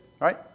Right